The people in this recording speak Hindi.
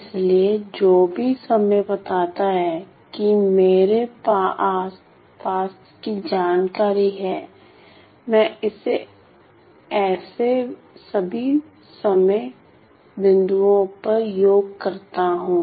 इसलिए जो भी समय बताता है कि मेरे पास है जानकारी मैं इसे ऐसे सभी समय बिंदुओं पर योग करता हूं